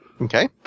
Okay